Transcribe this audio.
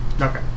okay